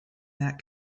that